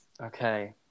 okay